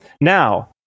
Now